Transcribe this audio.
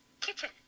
kitchen